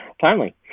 Timely